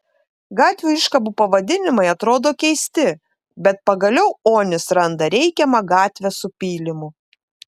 gatvių iškabų pavadinimai atrodo keisti bet pagaliau onis randa reikiamą gatvę su pylimu